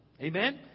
Amen